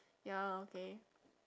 ya okay